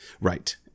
Right